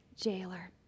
jailer